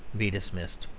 be dismissed.